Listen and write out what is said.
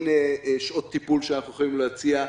הנה שעות טיפול שאנחנו יכולים להציע,